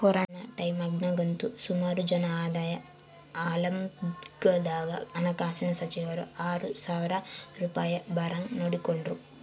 corona ಟೈಮ್ನಾಗಂತೂ ಸುಮಾರು ಜನ ಆದಾಯ ಇಲ್ದಂಗಾದಾಗ ಹಣಕಾಸಿನ ಸಚಿವರು ಆರು ಸಾವ್ರ ರೂಪಾಯ್ ಬರಂಗ್ ನೋಡಿಕೆಂಡ್ರು